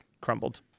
crumbled